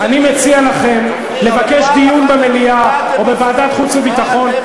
אני מציע לכם לבקש דיון במליאה או בוועדת חוץ וביטחון.